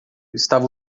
estava